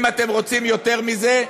אם אתם רוצים יותר מזה,